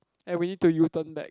and we need to U turn back